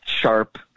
sharp